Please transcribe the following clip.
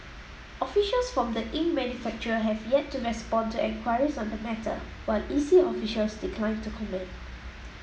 officials from the ink manufacturer have yet to respond to enquiries on the matter while E C officials declined to comment